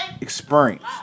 experience